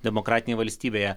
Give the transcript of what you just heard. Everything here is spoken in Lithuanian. demokratinėj valstybėje